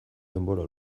denbora